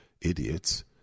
idiots